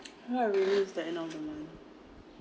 not really it's the end of the month